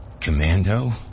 commando